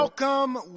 Welcome